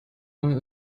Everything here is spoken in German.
war